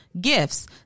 gifts